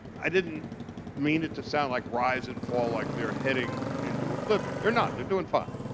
i didn't mean it to sound like rise and fall like they're heading into oblivion. they're not. they're doing fine.